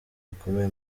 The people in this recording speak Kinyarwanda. bikomeye